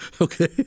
okay